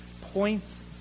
points